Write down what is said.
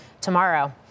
tomorrow